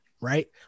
right